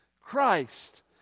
Christ